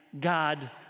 God